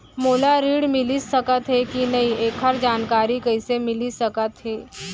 मोला ऋण मिलिस सकत हे कि नई एखर जानकारी कइसे मिलिस सकत हे?